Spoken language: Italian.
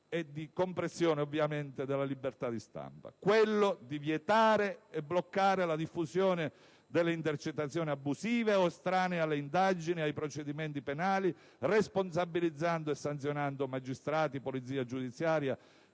di stampa, o, in alternativa, quella di vietare e bloccare la diffusione delle intercettazioni abusive o estranee alle indagini e ai procedimenti penali, responsabilizzando e sanzionando magistrati, polizia giudiziaria